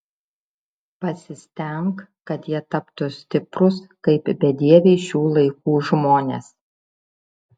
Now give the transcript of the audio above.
pasistenk kad jie taptų stiprūs kaip bedieviai šių laikų žmonės